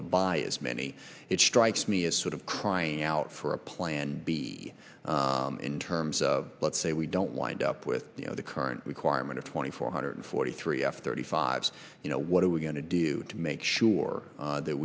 to buy as many it strikes me as sort of crying out for a plan b in terms of let's say we don't wind up with the current requirement of twenty four hundred forty three f thirty five you know what are we going to do to make sure that